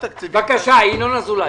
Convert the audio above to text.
בבקשה, ינון אזולאי.